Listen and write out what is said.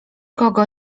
kogo